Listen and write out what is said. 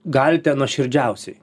galite nuoširdžiausiai